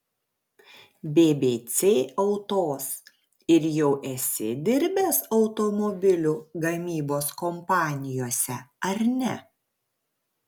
bbc autos ir jau esi dirbęs automobilių gamybos kompanijose ar ne